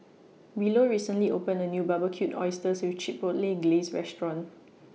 Willow recently opened A New Barbecued Oysters with Chipotle Glaze Restaurant